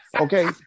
Okay